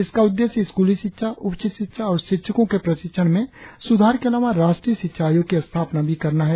इसका उद्देश्य स्कूली शिक्षा उच्च शिक्षा और शिक्षको के प्रशिक्षण में सुधार के अलावा राष्ट्रीय शिक्षा आयोग की स्थापना भी करना है